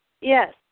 yes